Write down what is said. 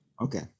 okay